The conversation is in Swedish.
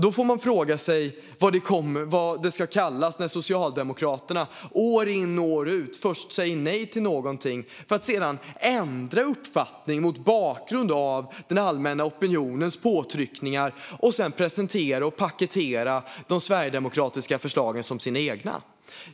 Då får man fråga sig vad det ska kallas när Socialdemokraterna år ut och år in först säger nej till någonting för att sedan ändra uppfattning mot bakgrund av den allmänna opinionens påtryckningar och därefter paketera och presentera de sverigedemokratiska förslagen som sina egna.